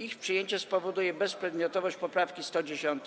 Ich przyjęcie spowoduje bezprzedmiotowość poprawki 110.